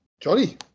Johnny